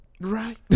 right